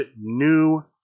new